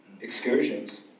excursions